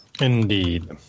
Indeed